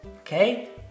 okay